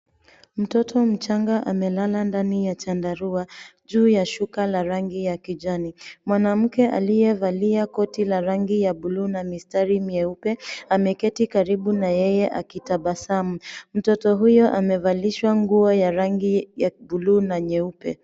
Mtoto mchanga amelala ndani ya chandarua juu ya shuka la rangi ya kijani. Mwanamke aliyevalia koti la rangi ya bluu na mistari mieupe ameketi karibu na yeye akitabasamu. Mtoto huyo amevalishwa nguo ya rangi ya bluu na nyeupe.